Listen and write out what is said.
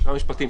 המשפטים,